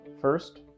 First